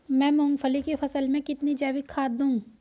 मैं मूंगफली की फसल में कितनी जैविक खाद दूं?